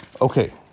Okay